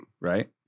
Right